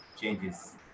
changes